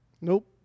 Nope